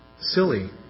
silly